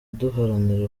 duharanira